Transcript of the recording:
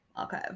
Okay